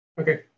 Okay